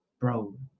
bro